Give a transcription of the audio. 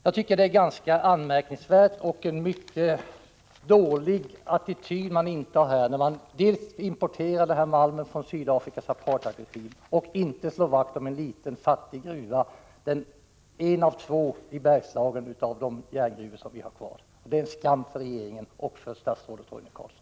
Jag tycker att det är en anmärkningsvärd och en mycket dålig attityd man intar när man importerar den här malmen från Sydafrika med dess apartheidregim men inte slår vakt om en liten fattig gruva, en av de två järnmalmsgruvor i Bergslagen som vi har kvar. Det är en skam för regeringen och för statsrådet Roine Carlsson.